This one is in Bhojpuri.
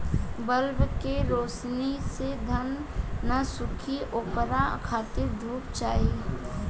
बल्ब के रौशनी से धान न सुखी ओकरा खातिर धूप चाही